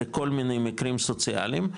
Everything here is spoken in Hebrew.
לכל מיני מקרים סוציאליים,